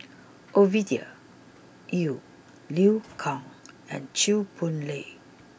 Ovidia Yu Liu Kang and Chew Boon Lay